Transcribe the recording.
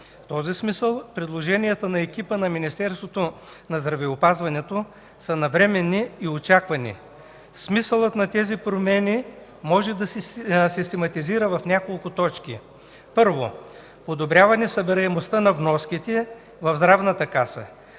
този смисъл предложенията на екипа на Министерството на здравеопазването са навременни и очаквани. Смисълът на тези промени може да се систематизира в няколко точки. Първо, подобряване събираемостта на вноските в Здравната каса.